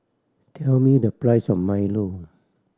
tell me the price of milo